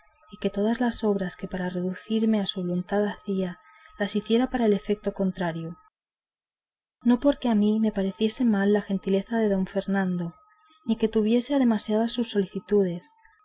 y que todas las obras que para reducirme a su voluntad hacía las hiciera para el efeto contrario no porque a mí me pareciese mal la gentileza de don fernando ni que tuviese a demasía sus solicitudes